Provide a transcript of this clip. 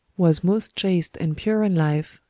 was most chaste and pure in life,